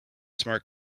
smart